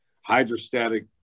hydrostatic